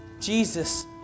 Jesus